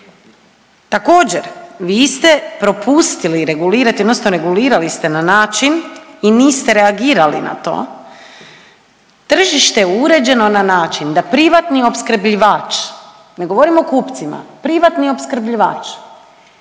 Također, vi ste propustili regulirati odnosno regulirali ste na način i niste reagirali na to, tržište je uređeno na način da privatni opskrbljivač, ne govorim o kupcima, privatni opskrbljivač,